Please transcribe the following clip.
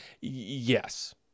Yes